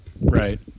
Right